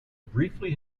briefly